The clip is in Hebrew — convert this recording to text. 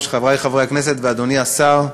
חברי חברי הכנסת ואדוני השר.